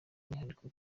umwihariko